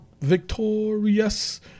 victorious